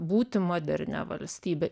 būti modernia valstybe